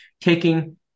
taking